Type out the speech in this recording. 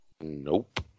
Nope